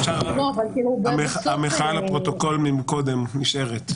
המחאה לפרוטוקול ממקודם נשארת.